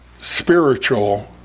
spiritual